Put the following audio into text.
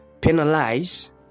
penalize